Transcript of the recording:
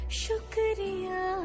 shukriya